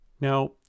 Now